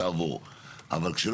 שיש צורך לגייס הרבה פעילים ועניינים.